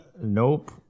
nope